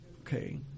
okay